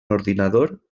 ordinador